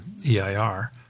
EIR